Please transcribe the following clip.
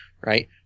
right